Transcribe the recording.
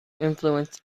influence